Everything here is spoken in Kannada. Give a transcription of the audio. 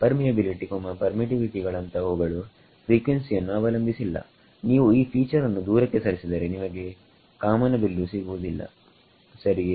ಪರ್ಮಿ ಎಬಿಲಿಟಿ ಪರ್ಮಿಟಿವಿಟಿಗಳಂತವುಗಳು ಫ್ರೀಕ್ವೆನ್ಸಿ ಯನ್ನು ಅವಲಂಬಿಸಿಲ್ಲ ನೀವು ಈ ಫೀಚರ್ ಅನ್ನು ದೂರಕ್ಕೆ ಸರಿಸಿದರೆ ನಿಮಗೆ ಕಾಮನಬಿಲ್ಲು ಸಿಗುವುದಿಲ್ಲ ಸರಿಯೇ